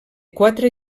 quatre